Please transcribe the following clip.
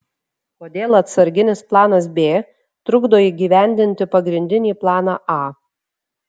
kodėl atsarginis planas b trukdo įgyvendinti pagrindinį planą a